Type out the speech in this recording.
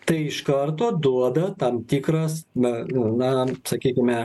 tai iš karto duoda tam tikras na na sakykime